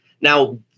Now